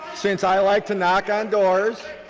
since i like to knock on doors,